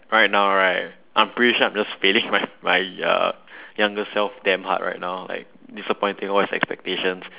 right now right I am pretty sure I'm just failing my my uh youngest self damn hard right now like disappointing all his expectations